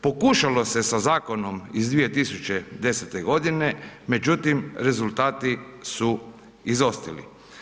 Pokušalo se sa zakonom iz 2010. godine međutim rezultati su izostali.